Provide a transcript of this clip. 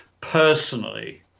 personally